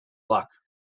luck